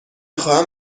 خواهم